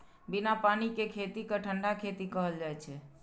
बिना पानि के खेती कें ठंढा खेती कहल जाइ छै